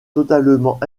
totalement